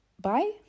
bye